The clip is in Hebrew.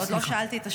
עוד לא שאלתי את השאלה.